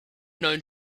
known